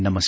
नमस्कार